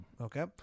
okay